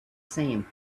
same